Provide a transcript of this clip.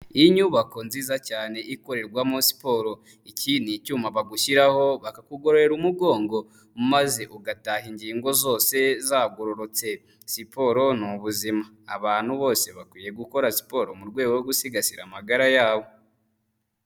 Ni inyubako nziza cyane ikorerwamo siporo, iki ni icyuma bagushyiraho bakakugororera umugongo maze ugataha ingingo zose zagororotse, siporo ni ubuzima, abantu bose bakwiye gukora siporo mu rwego rwo gusigasira amagara yabo.